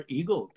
ego